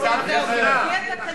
כל הכבוד לך.